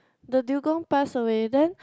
the dugong passed away then